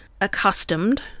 accustomed